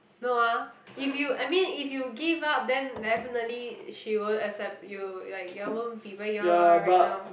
no ah if you I mean if you give up then definitely she won't accept you like you all won't be where you all are right now